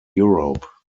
europe